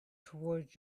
toward